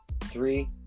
Three